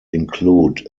include